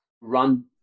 run